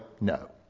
no